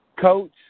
coach